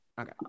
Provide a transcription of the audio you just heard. Okay